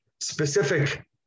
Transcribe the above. specific